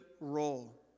role